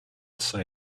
say